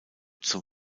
zum